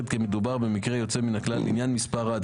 זהו, אז לכן אנחנו נעשה את זה.